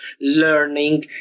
learning